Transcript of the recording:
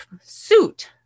suit